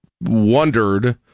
wondered